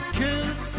kiss